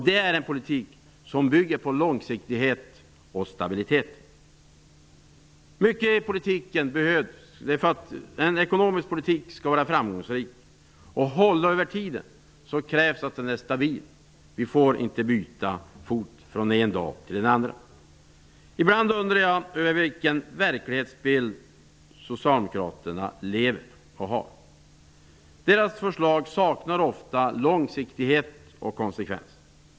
Det är en politik som bygger på långsiktighet och stabilitet. Det behövs mycket i politiken för att en ekonomisk politik skall vara framgångsrik och hålla över tiden. Det krävs att den är stabil. Vi får inte byta fot från den ena dagen till den andra. Ibland undrar jag vilken verklighetsbild socialdemokraterna har. Deras förslag saknar ofta långsiktighet och konsekvens.